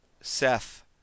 Seth